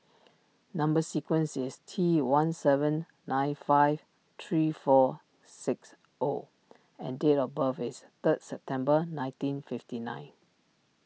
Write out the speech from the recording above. Number Sequence is T one seven nine five three four six O and date of birth is third September nineteen fifty nine